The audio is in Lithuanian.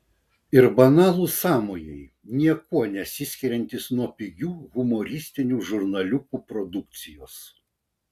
ir banalūs sąmojai niekuo nesiskiriantys nuo pigių humoristinių žurnaliukų produkcijos